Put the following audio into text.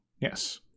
Yes